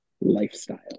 lifestyle